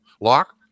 lock